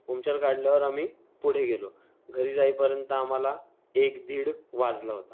puncture काढल्यावर आम्ही पुढे गेलो घरी जाईपर्यंत आम्हाला एक दीड वाजला होता